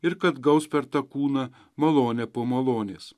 ir kad gaus per tą kūną malonę po malonės